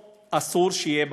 אסור שמקומו יהיה בכנסת.